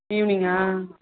ஈவினிங்கா